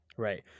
Right